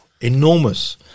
Enormous